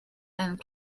and